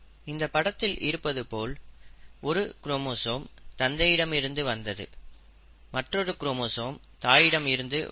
இந்த படத்தில் இருப்பது போல் ஒரு குரோமோசோம் தந்தையிடமிருந்து வந்தது மற்றொரு குரோமோசோம் தாயிடம் இருந்து வந்தது